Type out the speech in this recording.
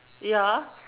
ya